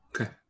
Okay